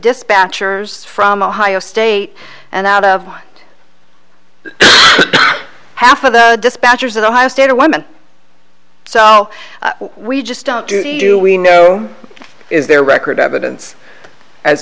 dispatchers from ohio state and out of half of the dispatchers in ohio state a woman so we just don't do the do we know is there record evidence as